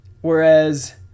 Whereas